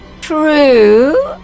True